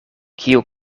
kiu